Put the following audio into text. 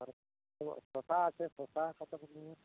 তাহলে ও শসা আছে শসা কতগুলি নিন